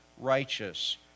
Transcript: righteous